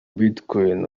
bitcoin